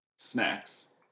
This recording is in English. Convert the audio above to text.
snacks